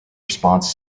response